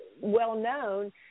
well-known